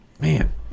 Man